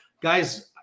guys